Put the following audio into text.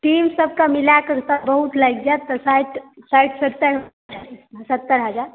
तीन सप्ताह मिलाकऽ बहुत लागि जायत साठि सत्तरि सत्तरि हजार